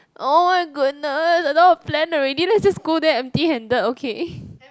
oh my goodness I don't want plan already lets just go there empty handed okay